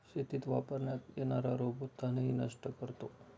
शेतीत वापरण्यात येणारा रोबो तणही नष्ट करतो